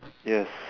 yes